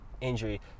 injury